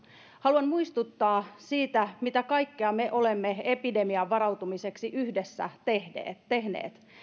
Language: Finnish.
haluan muistuttaa siitä mitä kaikkea me olemme epidemiaan varautumiseksi yhdessä tehneet